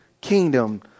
Kingdom